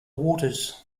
waters